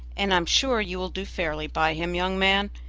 and i am sure you will do fairly by him, young man.